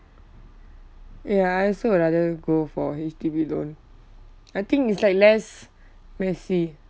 ya I also would rather go for H_D_B loan I think it's like less messy